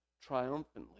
triumphantly